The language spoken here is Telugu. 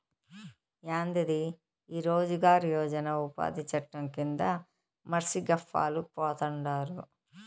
యాందిది ఈ రోజ్ గార్ యోజన ఉపాది చట్టం కింద మర్సి గప్పాలు పోతండారు